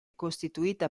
costituita